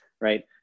Right